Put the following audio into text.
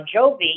Jovi